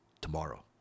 tomorrow